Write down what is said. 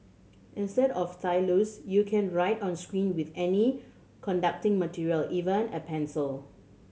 instead of stylus you can write on screen with any conducting material even a pencil